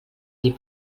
dir